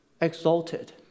exalted